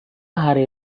hari